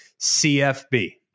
CFB